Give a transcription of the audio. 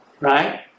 Right